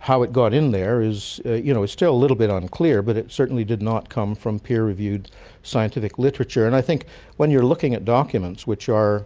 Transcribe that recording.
how it got in there is you know still a little bit unclear but it certainly did not come from peer-reviewed scientific literature. and i think when you're looking at documents which are one